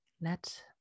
let